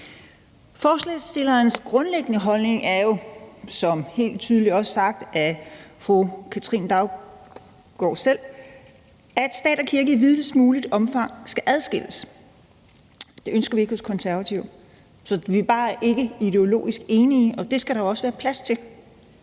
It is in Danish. Forslagsstillernes grundlæggende holdning er jo, hvilket også blev sagt helt tydeligt af fru Katrine Daugaard selv, at stat og kirke i videst muligt omfang skal adskilles. Det ønsker vi ikke hos Konservative. Så vi er bare ikke ideologisk enige, og det skal der jo også være plads til.